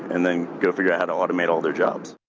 and then go figure out how to automate all their jobs.